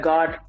God